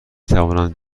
توانند